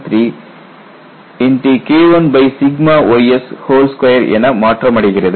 393K1ys2 என மாற்றமடைகிறது